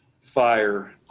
fire